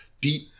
deep